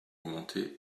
augmenter